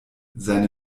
seine